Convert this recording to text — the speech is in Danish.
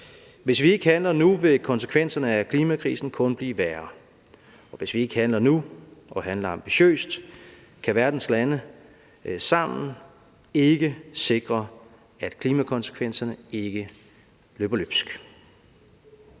Hvis vi ikke handler nu, vil konsekvenserne af klimakrisen kun blive værre, og hvis vi ikke handler nu og handler ambitiøst, kan verdens lande sammen ikke sikre, at klimakonsekvenserne ikke løber løbsk.